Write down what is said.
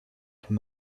from